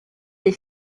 des